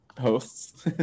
hosts